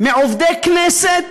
מעובדי כנסת